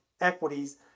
equities